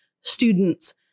students